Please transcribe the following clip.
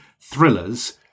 thrillers